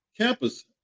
Campus